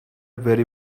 very